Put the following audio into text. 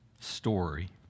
story